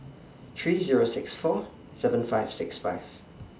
three Zero six four seven five six five